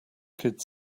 kid